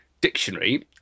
dictionary